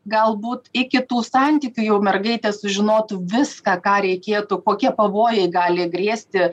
galbūt iki tų santykių jau mergaitės sužinotų viską ką reikėtų kokie pavojai gali grėsti